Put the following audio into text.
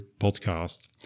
podcast